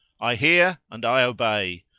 i hear and i obey!